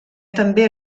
també